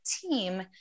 team